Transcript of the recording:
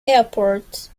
airport